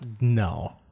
No